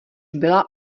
byla